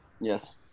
Yes